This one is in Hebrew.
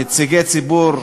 נציגי ציבור,